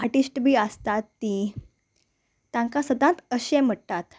artist बी आसतात तीं तांकां सदांच अशें म्हणटात